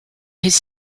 his